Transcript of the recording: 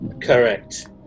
Correct